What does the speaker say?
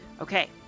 Okay